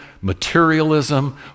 materialism